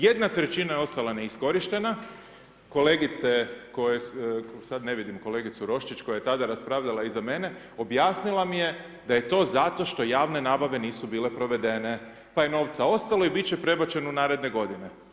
Jedna trećina je ostala neiskorištena, kolegice koje su, sad ne vidim kolegicu Roščić koja je tada raspravljala iza mene, objasnila mi je da je to zato što javne nabave nisu bile provedene, pa je novca ostalo i bit će prebačen u naredne godine.